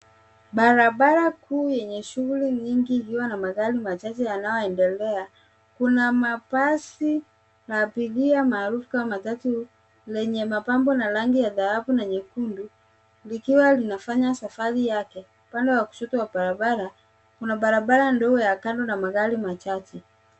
Barabara kuu yenye shughuli nyingi iliyo na magari machache yanayoendelea. Kuna mabasi ya abiria maarufu kama matatu lenye mapambo na rangi ya dhahabu na nyekundu likiwa linafanya safari yake. Upande wa kushoto wa barabara kuna barabara ndogo ya kando na magari machache.